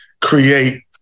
create